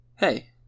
Hey